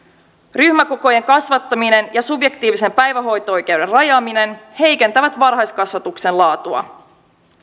ryhmäkokojen kasvattaminen ja subjektiivisen päivähoito oikeuden rajaaminen heikentävät varhaiskasvatuksen laatua